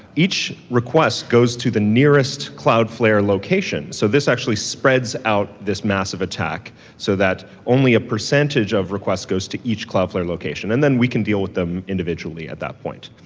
each request goes to the nearest cloudflare location. so this actually spreads out this massive attack so that only a percentage of request goes to each cloudflare location and then we can deal with them individually at that point.